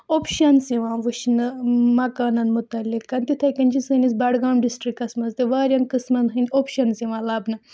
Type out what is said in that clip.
options یِوان وٕچھنہٕ مکانَن متعلق تِتھَے کٔنۍ چھِ سٲنِس بڈگام ڈِسٹرٛکَس منٛز تہٕ واریاہَن قٕسمَن ہٕنٛدۍ اوٚپشَنٕز یِوان لَبنہٕ